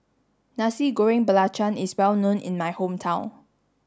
Nasi Goreng Belacan is well known in my hometown